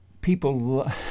People